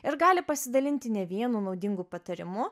ir gali pasidalinti ne vienu naudingu patarimu